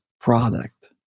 product